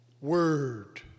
word